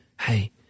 Hey